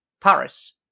Paris